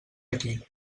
aquí